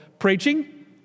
Preaching